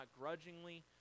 grudgingly